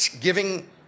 giving